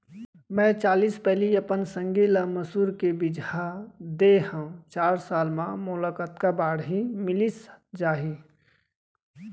मैं चालीस पैली अपन संगी ल मसूर के बीजहा दे हव चार साल म मोला कतका बाड़ही मिलिस जाही?